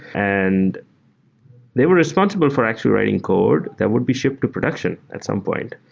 and they were responsible for actually writing code that would be shipped to production at some point.